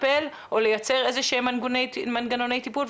לטפל או לייצר איזה שהם מנגנוני טיפול,